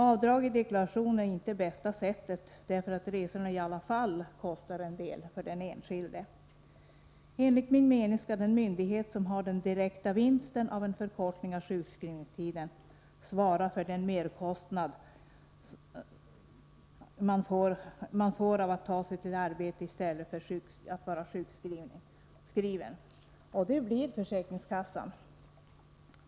Avdrag i deklarationen är inte bästa sättet — resorna kostar i alla fall en del för den enskilde. Enligt min mening skall den myndighet som ; Om ersättning har den direkta vinsten av en förkortning av sjukskrivningstiden svara för den genom försäkringsmerkostnad som uppstår när någon skall ta sig till arbetet i stället för att vara kassan för resor till sjukskriven — och det blir försäkringskassan.